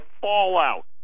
fallout